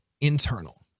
internal